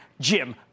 Jim